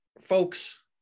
Folks